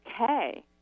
okay